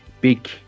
big